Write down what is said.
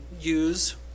use